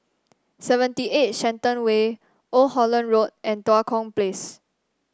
Seventy Eight Shenton Way Old Holland Road and Tua Kong Place